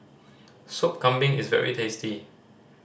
Sop Kambing is very tasty